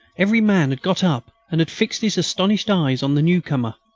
every man had got up and had fixed his astonished eyes on the newcomer.